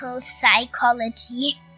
psychology